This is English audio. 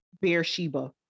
Beersheba